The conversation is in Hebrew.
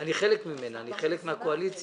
אני חלק ממנה, אני חלק מהקואליציה